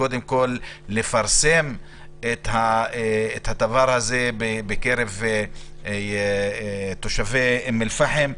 קודם כל לפרסם את הדבר הזה בקרב תושבי אום אל פאחם,